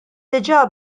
diġà